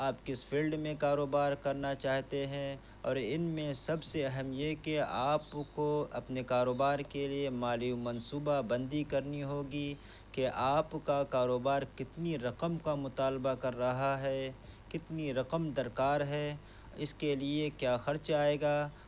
آپ کس فیلڈ میں کاروبار کرنا چاہتے ہیں اور ان میں سب سے اہم یہ کہ آپ کو اپنے کاروبار کے لیے مالی منصوبہ بندی کرنی ہوگی کہ آپ کا کاروبار کتنی رقم کا مطالبہ کر رہا ہے کتنی رقم درکار ہے اس کے لیے کیا خرچ آئے گا